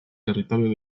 territorio